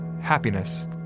happiness